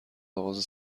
اغاز